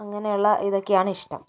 അങ്ങനെയുള്ള ഇതൊക്കെയാണ് ഇഷ്ടം